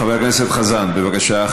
חבר הכנסת חזן, בבקשה.